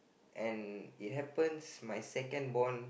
and it happens my second born